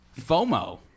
FOMO